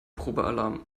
probealarm